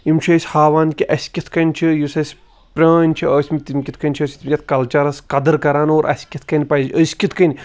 کہِ اَسہِ کِتھ کنۍ چھُ یُس اَسہِ پرٲنۍ چھِ ٲسۍ مٕتۍ تِم کِتھ کنۍ چھِ ٲسۍ مٕتۍ یَتھ کَلچَرَس قَدٕر کَران اوراَسہِ کِتھ کنۍ پَزِ أسۍ کِتھ کنۍ